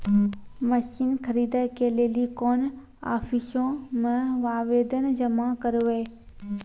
Machine खरीदै के लेली कोन आफिसों मे आवेदन जमा करवै?